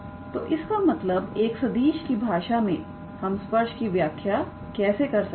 तोइसका मतलबएक सदिश की भाषा में हम स्पर्श की व्याख्या कैसे कर सकते हैं